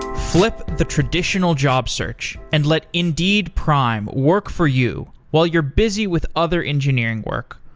flip the traditional job search and let indeed prime work for you while you're busy with other engineering work,